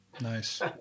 Nice